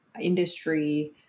industry